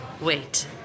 Wait